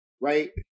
right